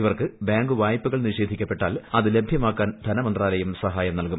ഇവർക്ക് ബാങ്ക് വായ്പകൾ നിഷേധിക്കപ്പെട്ടാൽ അത് ലഭ്യമാക്കാൻ ധനമന്ത്രാലയം സഹായം നൽകും